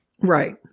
Right